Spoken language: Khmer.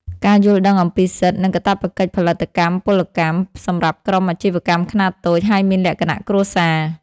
ការយល់ដឹងអំពីសិទ្ធិ និងកាតព្វកិច្ចផលិតកម្មពលកម្ម សម្រាប់ក្រុមអាជីវកម្មខ្នាតតូចហើយមានលក្ខណៈគ្រួសារ។